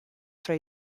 fra